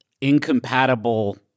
incompatible